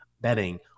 Betting